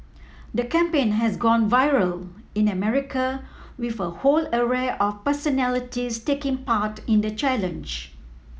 the campaign has gone viral in America with a whole array of personalities taking part in the challenge